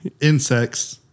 insects